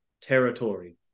territory